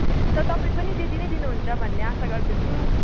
त तपाईँ पनि त्यति नै दिनुहुन्छ भन्ने आशा गर्दछु